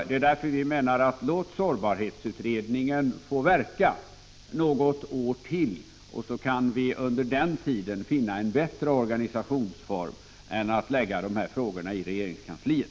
Därför säger vi: Låt sårbarhetsberedningen få verka något år till, så kan vi under den tiden finna en bättre organisationsform än vad det innebär att lägga dessa frågor i regeringskansliet.